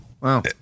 Wow